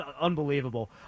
unbelievable